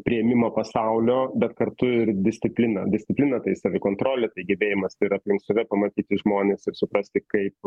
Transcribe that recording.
priėmimą pasaulio bet kartu ir disciplina disciplina tai savikontrolė gebėjimas ir aplink save pamatyti žmones ir suprasti kaip